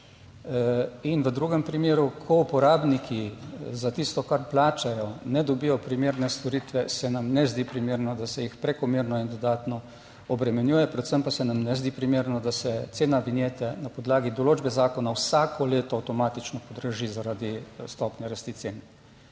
In v drugem primeru, ko uporabniki za tisto, kar plačajo, ne dobijo primerne storitve, se nam ne zdi primerno, da se jih prekomerno in dodatno obremenjuje. Predvsem pa se nam ne zdi primerno, da se cena vinjete na podlagi določbe zakona vsako leto avtomatično podraži zaradi stopnje rasti cen,